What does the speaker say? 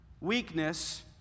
weakness